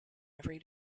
every